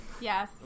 Yes